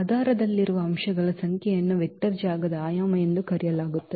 ಆಧಾರದಲ್ಲಿರುವ ಅಂಶಗಳ ಸಂಖ್ಯೆಯನ್ನು ವೆಕ್ಟರ್ ಜಾಗದ ಆಯಾಮ ಎಂದು ಕರೆಯಲಾಗುತ್ತದೆ